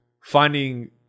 finding